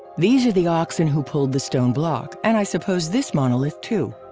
these are the oxen who pulled the stone block, and i suppose this monolith too!